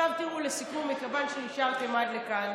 עכשיו תראו, לסיכום, מכיוון שנשארתם עד כאן,